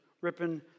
ripping